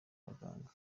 abaganga